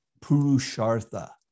Purushartha